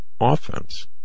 offense